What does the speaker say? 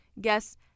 guests